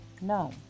No